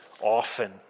often